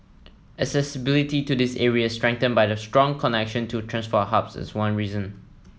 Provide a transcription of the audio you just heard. accessibility to these areas strengthened by the strong connection to transport hubs is one reason